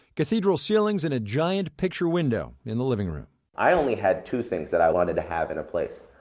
cathedral ceilings and a giant picture window in the living room i only had two things that i wanted to have in a place.